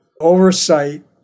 oversight